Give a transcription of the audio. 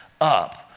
up